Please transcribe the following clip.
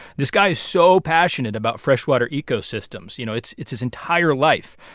this guy is so passionate about freshwater ecosystems. you know, it's it's his entire life.